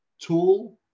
tool